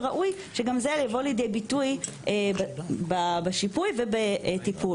וראוי שגם זה יבוא לידי ביטוי בשיפוי ובטיפול.